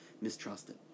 mistrusted